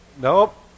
Nope